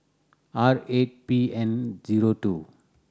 R eight P N zero two